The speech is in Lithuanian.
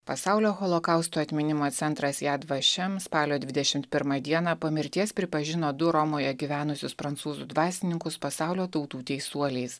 pasaulio holokausto atminimo centras jedvašem spalio dvidešimt pirmą dieną po mirties pripažino du romoje gyvenusius prancūzų dvasininkus pasaulio tautų teisuoliais